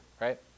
right